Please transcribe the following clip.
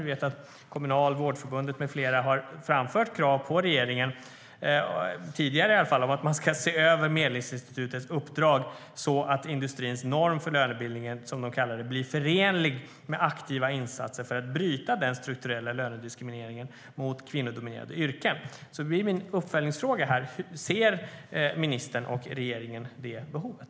Vi vet att Kommunal och Vårdförbundet med flera i alla fall tidigare har framfört krav på regeringen om att man ska se över Medlingsinstitutets uppdrag så att industrins norm för lönebildningen, som de kallar det, blir förenlig med aktiva insatser för att bryta den strukturella lönediskrimineringen mot kvinnodominerade yrken. Min uppföljningsfråga blir: Ser ministern och regeringen det behovet?